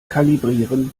kalibrieren